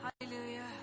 Hallelujah